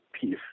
peace